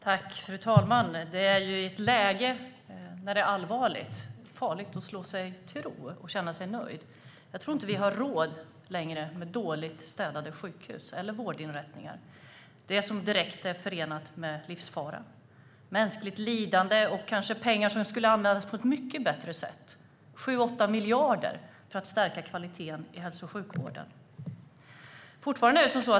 Fru talman! Det är ett läge där det är allvarligt och farligt att slå sig till ro och känna sig nöjd. Jag tror inte att vi längre har råd med dåligt städade sjukhus eller vårdinrättningar. Det är direkt förenat med livsfara och mänskligt lidande. Pengarna, 7-8 miljarder, skulle kunna användas på ett mycket bättre sätt för att stärka kvaliteten i hälso och sjukvården.